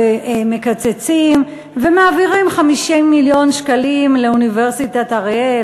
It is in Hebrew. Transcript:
ומקצצים ומעבירים 50 מיליון שקלים לאוניברסיטת אריאל,